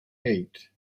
eight